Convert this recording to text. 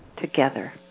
together